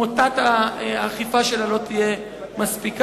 מוטת האכיפה שלה לא תהיה מספיקה.